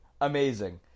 Amazing